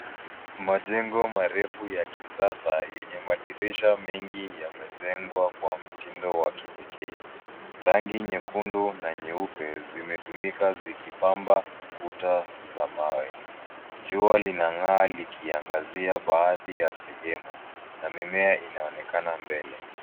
Majengo marefu ya kisasa yenye madirisha mengi yamejengwa kwa mtindo wa kipekee. Rangi nyekundu na nyeupe zimetumika, zikipamba kuta za mawe. Jua linang'aa likiangazia baadhi ya sehemu, na mimea inaonekana mbele.